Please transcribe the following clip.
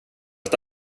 att